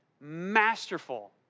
masterful